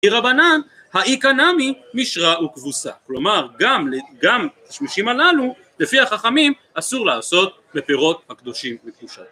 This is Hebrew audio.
אי רבנן האיכא נמי משרה וכבוסה, כלומר גם לתשמישים הללו לפי החכמים אסור לעשות בפירות הקדושים בקדושת